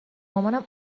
مامانم